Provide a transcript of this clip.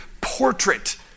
portrait